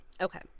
Okay